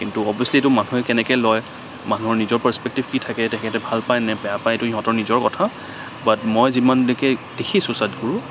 কিন্তু অভিয়াচলি এইটো মানুহে কেনেকে লয় মানুহৰ নিজৰ পাৰ্ছপেক্টিভ কি থাকে তেখেতে ভাল পায় নে বেয়া পায় এইটো সিহঁতৰ নিজৰ কথা বাত মই যিমানলৈকে দেখিছোঁ সদগুৰু